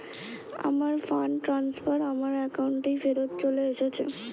আমার fund transfer আমার অ্যাকাউন্টেই ফেরত চলে এসেছে